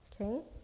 okay